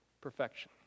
perfection